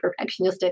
perfectionistic